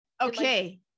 Okay